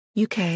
UK